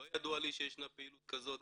לא ידוע לי שישנה פעילות כזאת,